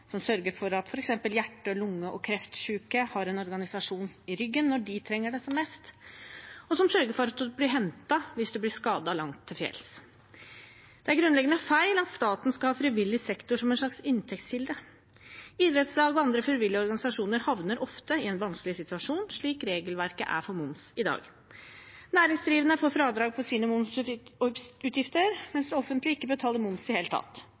som sørger for at f.eks. hjerte-, lunge- og kreftsyke har en organisasjon i ryggen når de trenger det som mest, og som sørger for at du blir hentet hvis du blir skadet langt til fjells. Det er grunnleggende feil at staten skal ha frivillig sektor som en slags inntektskilde. Idrettslag og andre frivillige organisasjoner havner ofte i en vanskelig situasjon slik regelverket for moms er i dag. Næringsdrivende får fradrag for sine momsutgifter, mens det offentlige ikke betaler moms i det hele tatt.